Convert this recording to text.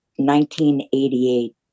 1988